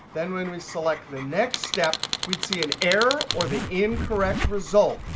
then when we select the next step, we'd see an error or the incorrect result.